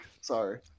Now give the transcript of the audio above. Sorry